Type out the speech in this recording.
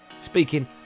Speaking